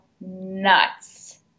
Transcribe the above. nuts